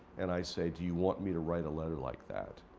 and i say, do you want me to write a letter like that?